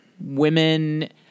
women